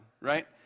right